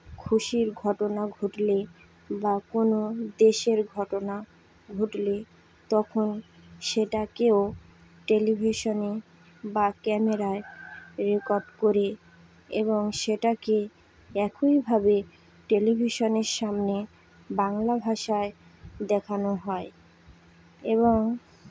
খুশির ঘটনা ঘটলে বা কোনো দেশের ঘটনা ঘটলে তখন সেটাকেও টেলিভিশনে বা ক্যামেরায় রেকর্ড করে এবং সেটাকে একইভাবে টেলিভিশনের সামনে বাংলা ভাষায় দেখানো হয় এবং